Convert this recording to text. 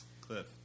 Cliff